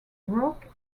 rock